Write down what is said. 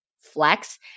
flex